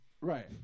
Right